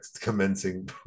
commencing